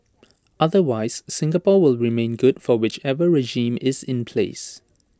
otherwise Singapore will remain good for whichever regime is in place